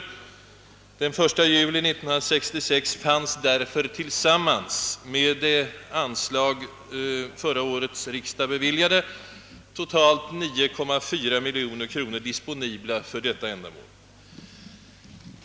Den 1 juli 1966 fanns därför tillsammans med det anslag som förra årets riksdag beviljade totalt 9,4 miljoner kronor disponibla för detta ändamål.